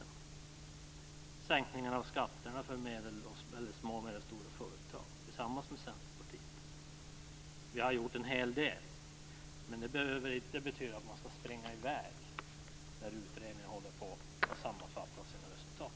Vi har sänkningen av skatterna för små och medelstora företag tillsammans med Centerpartiet. Vi har gjort en hel del. Men det behöver inte betyda att man skall springa i väg när utredningarna håller på och skall sammanfatta sina resultat.